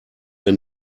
der